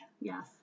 Yes